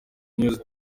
news